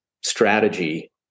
strategy